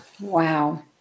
Wow